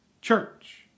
Church